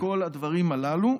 לכל הדברים הללו,